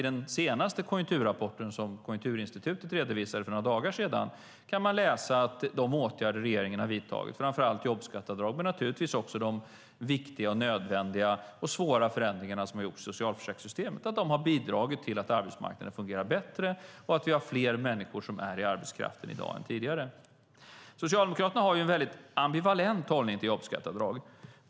I den senaste konjunkturrapporten, som Konjunkturinstitutet redovisade för några dagar sedan, kan man läsa att de åtgärder som regeringen har vidtagit, framför allt jobbskatteavdrag men också de viktiga, nödvändiga och svåra förändringarna som har gjorts i socialförsäkringssystemet, har bidragit till att arbetsmarknaden fungerar bättre och att vi har fler människor i arbetskraften i dag än tidigare. Socialdemokraterna har en ambivalent hållning till jobbskatteavdraget.